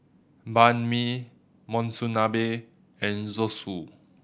Banh Mi Monsunabe and Zosui